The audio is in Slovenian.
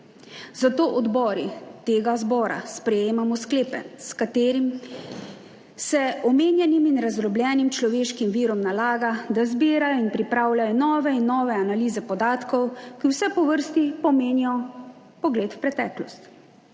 Zato odbori tega zbora sprejemamo sklepe, s katerimi se omenjenim in razdrobljenim človeškim virom nalaga, da zbirajo in pripravljajo nove in nove analize podatkov, ki vse po vrsti pomenijo pogled v preteklost.